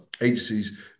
agencies